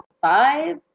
five